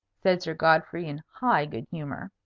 said sir godfrey, in high good-humour.